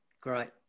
Great